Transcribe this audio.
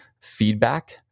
feedback